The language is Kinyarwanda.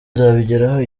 nzabigeraho